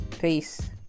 Peace